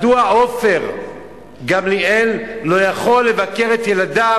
מדוע עופר גמליאל לא יכול לבקר את ילדיו?